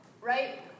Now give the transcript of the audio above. right